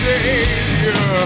Savior